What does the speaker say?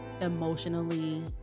emotionally